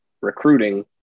recruiting